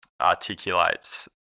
articulates